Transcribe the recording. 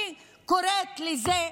אני קוראת לזה,